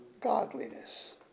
godliness